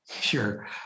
Sure